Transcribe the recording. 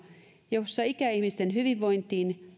jossa ikäihmisten hyvinvointiin